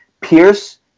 Pierce